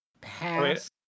pass